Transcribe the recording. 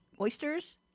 oysters